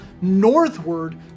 northward